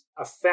affect